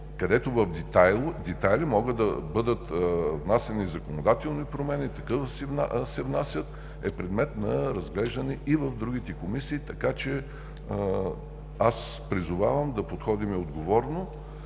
където в детайли могат да бъдат внасяни законодателни промени, такива се внасят, е предмет на разглеждане и в другите комисии. Така че призовавам да подходим отговорно,